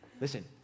Listen